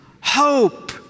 hope